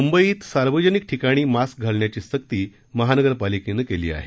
मुंबईत सार्वजनिक ठिकाणी मास्क घालण्याची सक्ती महानगरपालिकेनं केली आहे